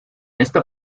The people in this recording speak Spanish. esta